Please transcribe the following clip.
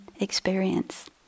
experience